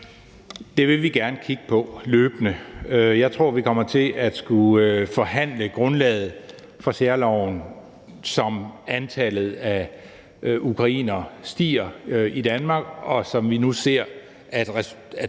Det vil vi gerne kigge på løbende. Jeg tror, vi kommer til at skulle forhandle grundlaget for særloven, efterhånden som antallet af ukrainere stiger i Danmark, og efterhånden